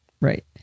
Right